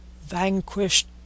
vanquished